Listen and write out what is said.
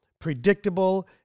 predictable